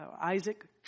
Isaac